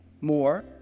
more